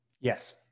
Yes